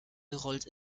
gerollt